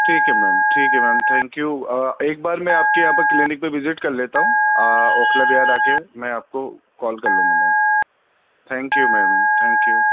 ٹھیک ہے میم ٹھیک ہے میم تھینک یو ایک بار میں آپ کے یہاں پر کلینک پہ وزٹ کر لیتا ہوں اوکھلا وہار آ کے میں آپ کو کال کر لوں گا ma'am thank you ma'am thank you